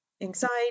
anxiety